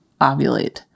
ovulate